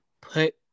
put